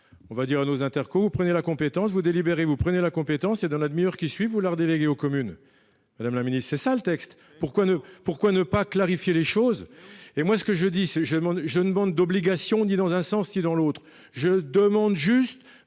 on va dire à nos Interco vous prenez la compétence vous délibéré. Vous prenez la compétence et de la demi-heure qui suit, vous leur délégué aux communes. Madame la Ministre, c'est ça. Le texte, pourquoi nous, pourquoi ne pas clarifier les choses et moi ce que je dis c'est je je ne bande d'obligation ni dans un sens si dans l'autre, je demande juste